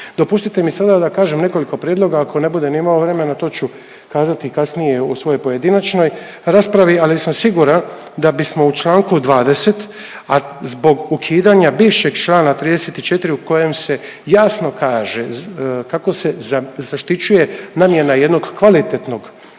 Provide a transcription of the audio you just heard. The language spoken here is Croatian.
Dopustite mi sada da kažem nekoliko prijedloga. Ako ne budem imao vremena to ću kazati kasnije u svojoj pojedinačnoj raspravi ali sam siguran da bismo u čl. 20, a zbog ukidanja bivšeg čl. 34 u kojem se jasno kaže kako se zaštićuje namjena jednog kvalitetnog